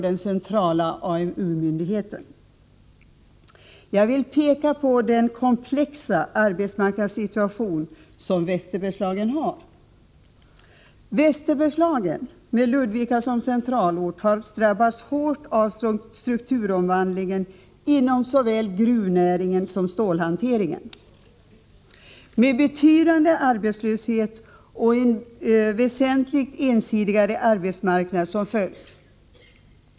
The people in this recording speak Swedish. Jag vill här peka på den komplexa arbetsmarknadssituation som västra Bergslagen har. Västra Bergslagen, med Ludvika som centralort, har drabbats hårt av strukturomvandlingen inom såväl gruvnäringen som stålhanteringen, med betydande arbetslöshet och en väsentligt ensidigare arbetsmarknad som följd.